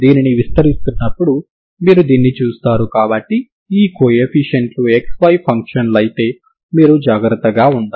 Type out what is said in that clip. ఇప్పుడు మీరు చూసినట్లయితే 0xct కు f1xct పాజిటివ్ అవుతుంది మరియు f1x ct నెగిటివ్ అవుతుంది